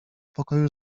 pokoju